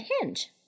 hinge